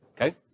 Okay